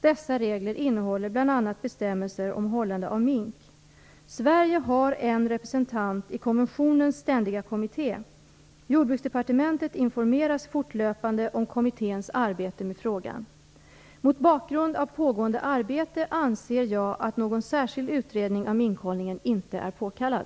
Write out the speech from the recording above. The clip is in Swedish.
Dessa regler innehåller bl.a. bestämmelser om hållande av mink. Sverige har en representant i konventionens ständiga kommitté. Jordbruksdepartementet informeras fortlöpande om kommitténs arbete med frågan. Mot bakgrund av pågående arbete anser jag att någon särskild utredning av minkhållningen inte är påkallad.